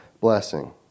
blessing